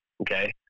Okay